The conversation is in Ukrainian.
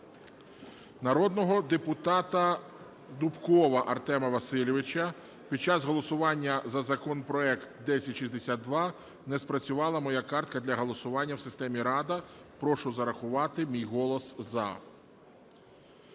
Народного депутата Дубнова Артема Васильовича. Під час голосування за законопроект 1062 не спрацювала моя картка для голосування в системі "Рада". Прошу зарахувати мій голос "за".